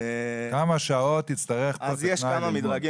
כמה שעות יצטרך פה טכנאי ללמוד.